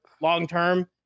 long-term